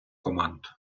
команд